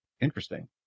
Interesting